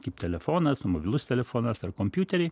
kaip telefonas mobilus telefonas ar kompiuteriai